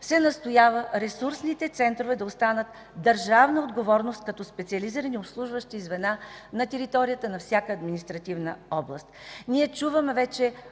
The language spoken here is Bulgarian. се настоява ресурсните центрове да останат държавна отговорност като специализирани обслужващи звена на територията на всяка административна област. (Реплики от